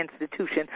institution